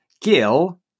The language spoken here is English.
Gil